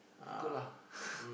it's good lah